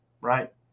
Right